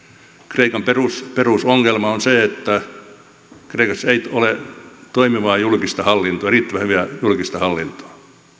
kreikan perusongelma on se että kreikassa ei ole toimivaa julkista hallintoa riittävän hyvää julkista hallintoa